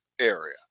area